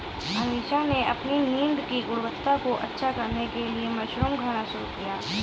अमीषा ने अपनी नींद की गुणवत्ता को अच्छा करने के लिए मशरूम खाना शुरू किया